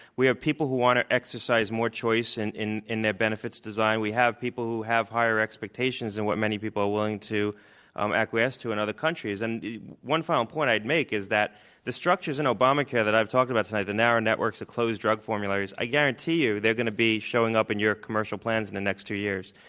we have people who want to exercise more choice and in in their benefits design. we have people who have higher expectations than and what many people are willing to um acquiesce to in other countries, and the one final point i'd make is that the structures in obamacare that i've talked about tonight, the narrow networks, the closed drug formulators, i guarantee you they're going to be showing up in your commercial plans in the next two years.